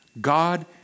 God